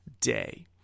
day